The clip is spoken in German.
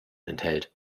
enthält